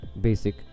basic